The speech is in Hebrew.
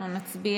הם לא נמצאים.